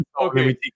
Okay